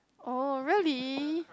oh really